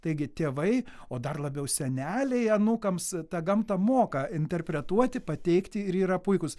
taigi tėvai o dar labiau seneliai anūkams tą gamtą moka interpretuoti pateikti ir yra puikūs